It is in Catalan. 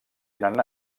tenen